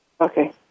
Okay